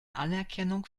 anerkennung